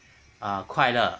err 快乐